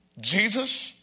Jesus